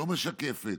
שלא משקפת.